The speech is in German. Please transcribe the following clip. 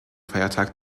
feiertag